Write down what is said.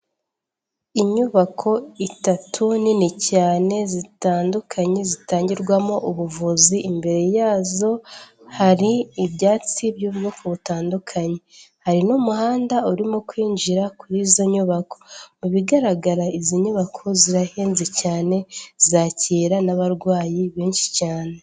Inyubako itatu nini cyane zitandukanye zitangirwamo ubuvuzi, imbere yazo hari ibyatsi by'ubwoko butandukanye, hari n'umuhanda urimo kwinjira kurizo nyubako mu bigaragara izi nyubako zirahenze cyane zakira n'abarwayi benshi cyane.